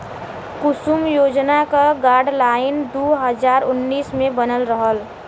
कुसुम योजना क गाइडलाइन दू हज़ार उन्नीस मे बनल रहल